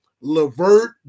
Levert